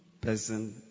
person